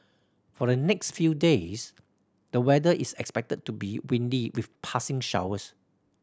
for the next few days the weather is expected to be windy with passing showers